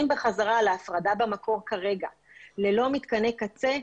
בחזרה להפרדה במקור כרגע ללא מתקני קצה,